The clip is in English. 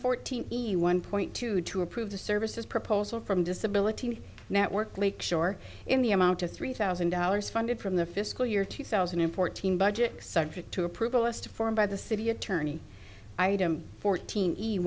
fourteen one point two to approve the services proposal from disability network lakeshore in the amount of three thousand dollars funded from the fiscal year two thousand and fourteen budget subject to approval as to form by the city attorney item fourteen